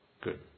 Good